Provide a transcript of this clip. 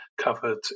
covered